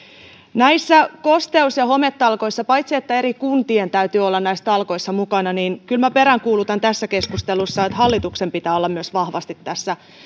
näissä kosteus ja hometalkoissa paitsi että eri kuntien täytyy olla näissä talkoissa mukana kyllä minä peräänkuulutan tässä keskustelussa että hallituksen pitää olla myös vahvasti tässä